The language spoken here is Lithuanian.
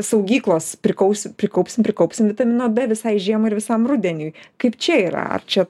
saugyklos prikausi prikaupsim prikaupsim vitamino d visai žiemai ir visam rudeniui kaip čia yra ar čia